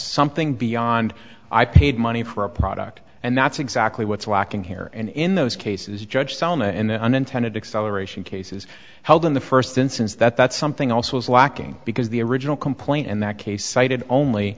something beyond i paid money for a product and that's exactly what's lacking here and in those cases judge selma and the unintended acceleration cases held in the first instance that something else was lacking because the original complaint in that case